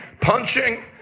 punching